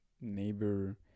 neighbor